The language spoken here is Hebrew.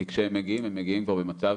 כי כשהם מגיעים הם מגיעים כבר במצב